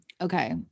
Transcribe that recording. Okay